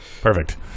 Perfect